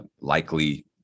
likely